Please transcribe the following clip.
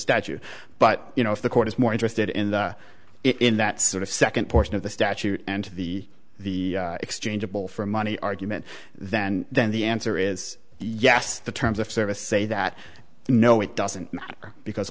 statute but you know if the court is more interested in the in that sort of second portion of the statute and the the exchangeable for money argument then then the answer is yes the terms of service say that no it doesn't matter because